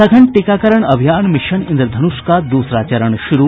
सघन टीकाकरण अभियान मिशन इन्द्रधनुष का दूसरा चरण शुरू